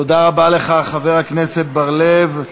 תודה רבה לך, חבר הכנסת בר-לב.